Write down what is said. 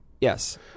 yes